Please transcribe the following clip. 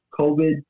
COVID